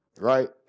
Right